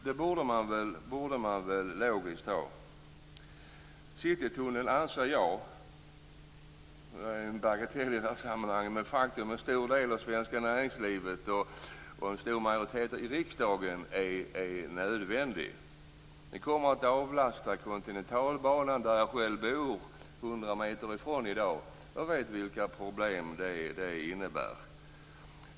Det vore väl logiskt. Jag, en stor del av det svenska näringslivet och en stor majoritet i riksdagen anser att Citytunneln är nödvändig. Den kommer att avlasta Kontinentalbanan som jag själv bor hundra meter ifrån i dag. Jag vet vilka problem det innebär.